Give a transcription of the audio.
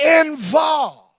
involved